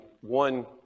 one